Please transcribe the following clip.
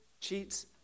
cheats